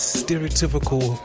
stereotypical